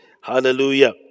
Hallelujah